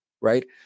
right